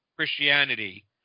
Christianity